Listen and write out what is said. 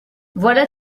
voilà